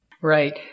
Right